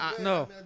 No